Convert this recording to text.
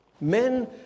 Men